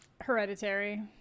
Hereditary